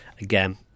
Again